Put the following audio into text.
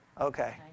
Okay